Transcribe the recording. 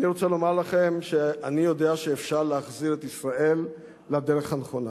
אני רוצה לומר לכם שאני יודע שאפשר להחזיר את ישראל לדרך הנכונה.